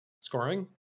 scoring